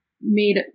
made